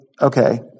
okay